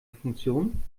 funktion